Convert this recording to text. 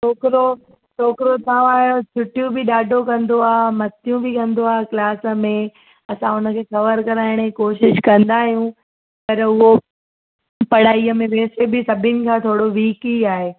छोकिरो छोकिरो तव्हांयो छुटियूं बि ॾाढो कंदो आहे मस्तियूं बि कंदो आहे क्लास में असां हुनखे कवर कराइण जी कोशिशि कंदा आहियूं पर उहो पढ़ाईअ में वेसे बि सभिनी खां थोरो विक ई आहे